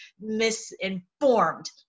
misinformed